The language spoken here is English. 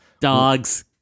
DOGS